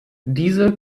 diese